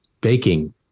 baking